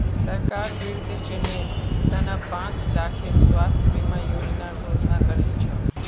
सरकार वृद्धजनेर त न पांच लाखेर स्वास्थ बीमा योजनार घोषणा करील छ